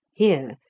here,